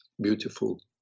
beautiful